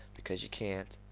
because yeh can't.